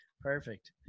Perfect